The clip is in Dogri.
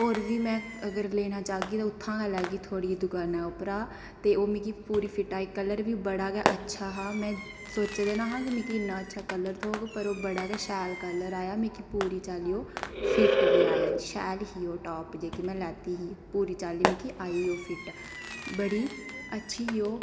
होर बी में अगर लैना चाह्गी तां उत्थुआं लैग्गी थुाढ़ी दकाना उप्परा ते ओह् पूरी फिट आई कल्लर बी बड़ा गै अच्छा हा मैं सोचे दा नेहा की मिगी इन्ना अच्छा कल्लर थ्होग पर ओह् बड़ा गै शैल कल्लर आया मिगी पूरी चाल्ली फिट बी आई शैल ही ओह् टाप जेह्की मैं लैती ही पूरी चाल्ली मिकी आई ओह् फिट बड़ी अच्छी ही ओह्